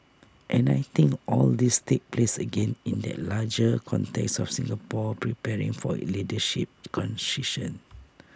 and I think all this takes place again in that larger context of Singapore preparing for leadership